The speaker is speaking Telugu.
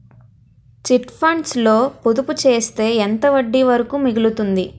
చిట్ ఫండ్స్ లో పొదుపు చేస్తే వడ్డీ ఎంత వరకు మిగులుతుంది?